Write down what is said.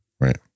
Right